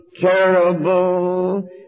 terrible